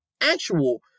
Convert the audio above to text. actual